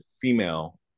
female